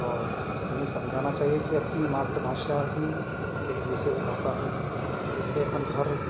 और उन्हें समझाना चाहिए कि अपनी मात्र भाषा ही एक विशेष भाषा है जिससे अपन हर